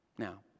Now